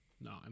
No